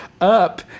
up